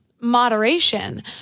moderation